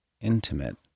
intimate